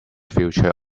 future